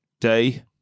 day